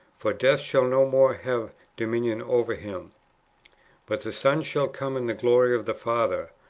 for death shall no more have dominion over him but the son shall come in the glory of the father,